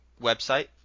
website